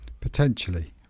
potentially